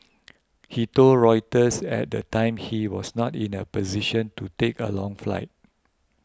he told Reuters at the time he was not in a position to take a long flight